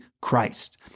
Christ